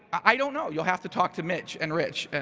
i don't know. you'll have to talk to mitch and rich, and